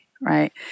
right